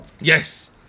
Yes